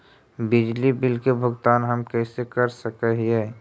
बिजली बिल के भुगतान हम कैसे कर सक हिय?